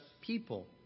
people